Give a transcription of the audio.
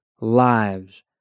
lives